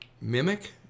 mimic